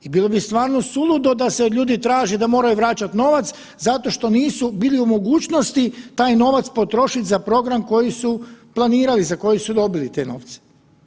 I bilo bi stvarno suludo da se od ljudi traži da moraju vraćati novac zato što nisu bili u mogućnosti taj novac potrošiti za program za koji su planirali, za koji su dobili te novce.